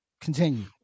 continue